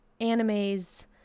animes